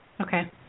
Okay